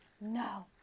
No